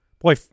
Boy